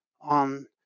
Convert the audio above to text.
on